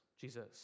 Jesus